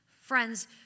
Friends